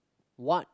what